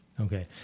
Okay